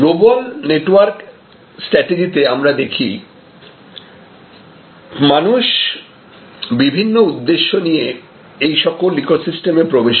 global network স্ট্র্যাটেজিতে আমরা দেখি মানুষ বিভিন্ন উদ্দেশ্য নিয়ে এইসকল ইকোসিস্টেমে প্রবেশ করে